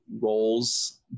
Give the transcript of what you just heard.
roles